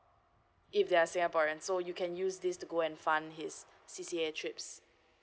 if they are singaporean so you can use this to go and fund his C_C_A trips